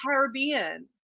Caribbean